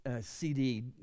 CD